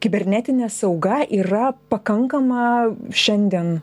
kibernetinė sauga yra pakankama šiandien